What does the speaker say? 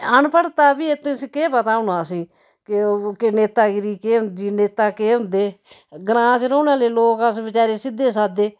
अनपढ़ता फ्ही इत्त तुस केह् पता असेंगी के ओह् नेतागिरी केह् होंदी नेता केह् होंदे ग्रांऽ च रौह्ने आह्ले लोक अस बेचारे सिद्धे साद्धे